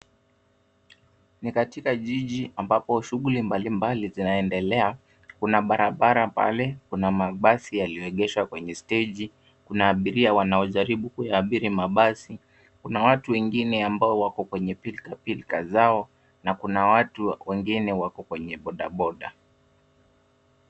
Ni katika jiji ambapo shughuli mbalimbali zinaendelea. Kuna barabara pale, kuna mabasi yaliyoegeshwa kwenye steji. Kuna abiria wanaojaribu kuyaabiri mabasi, kuna watu wengine ambao wako kwenye pilkapilka zao na kuna watu wengine wako kwenye bodaboda.